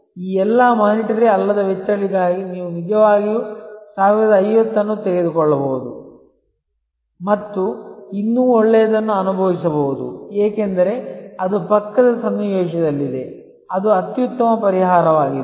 ಈ ಎಲ್ಲಾ ವಿತ್ತೀಯಅಲ್ಲದ ವೆಚ್ಚಗಳಿಗಾಗಿ ನೀವು ನಿಜವಾಗಿಯೂ 1050 ಅನ್ನು ತೆಗೆದುಕೊಳ್ಳಬಹುದು ಮತ್ತು ಇನ್ನೂ ಒಳ್ಳೆಯದನ್ನು ಅನುಭವಿಸಬಹುದು ಏಕೆಂದರೆ ಅದು ಪಕ್ಕದ ಸನ್ನಿವೇಶದಲ್ಲಿದೆ ಅದು ಅತ್ಯುತ್ತಮ ಪರಿಹಾರವಾಗಿದೆ